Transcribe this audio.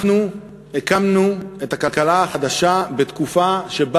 אנחנו הקמנו את הכלכלה החדשה בתקופה שבה